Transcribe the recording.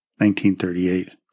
1938